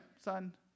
son